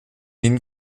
den